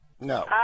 No